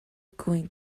going